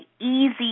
easy